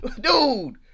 dude